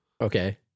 Okay